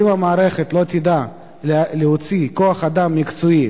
אם המערכת לא תדע להוציא כוח אדם מקצועי,